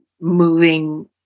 moving